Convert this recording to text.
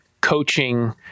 coaching